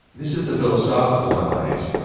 this is the philosophical maimonides.